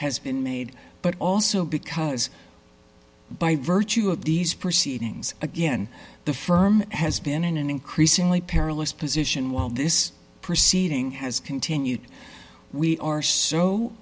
has been made but also because by virtue of these proceedings again the firm has been in an increasingly perilous position while this proceeding has continued we are so